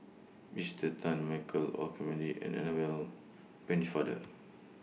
Esther Tan Michael Olcomendy and Annabel Pennefather